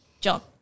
job